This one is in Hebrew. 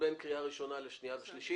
בין קריאה ראשונה לשנייה ושלישית.